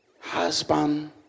husband